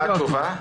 ומה התשובה?